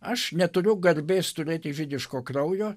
aš neturiu garbės turėti žydiško kraujo